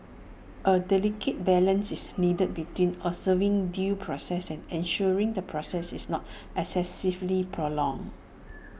A delicate balance is needed between observing due process and ensuring the process is not excessively prolonged